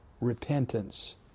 repentance